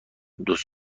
دوست